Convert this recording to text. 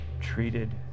treated